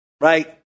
Right